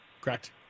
Correct